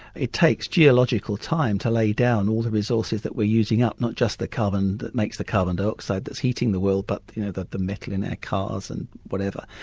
it takes geological time to lay down all the resources that we're using up, not just the carbon that makes the carbon dioxide that's heating the world but you know the metal in their cars and whatever.